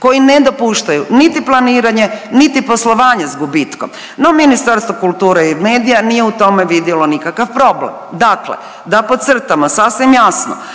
koji ne dopuštaju niti planiranje, niti poslovanje sa gubitkom. No, Ministarstvo kulture i medija nije u tome vidjelo nikakav problem. Dakle, da podcrtamo sasvim jasno